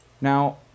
Now